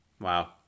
Wow